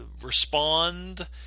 respond